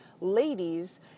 ladies